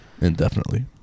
indefinitely